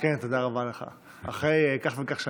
מזל